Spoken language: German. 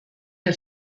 der